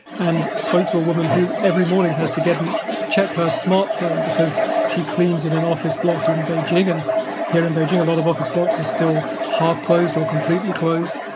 and spoke to a woman who, every morning, has to and check her smartphone because she cleans in an office block in beijing. and here in beijing, a lot of office blocks are still half-closed or completely closed.